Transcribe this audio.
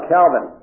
Calvin